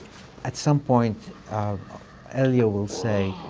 at some point elio will say,